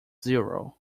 zero